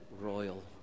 royal